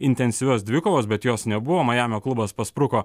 intensyvios dvikovos bet jos nebuvo majamio klubas paspruko